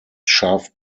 scharf